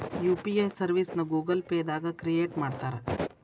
UPI ಸರ್ವಿಸ್ನ Google Pay ದಾಗ create ಮಾಡ್ತಾರಾ